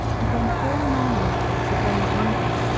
and when four norman kings had reigned in england,